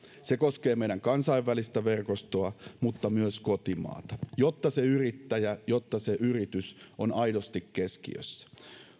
se koskee meidän kansainvälistä verkostoa mutta myös kotimaata jotta se yrittäjä jotta se yritys on aidosti keskiössä